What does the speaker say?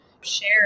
share